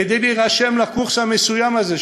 כדי להירשם לקורס המסוים הזה,